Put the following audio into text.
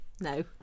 No